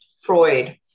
Freud